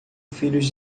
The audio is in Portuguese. filhos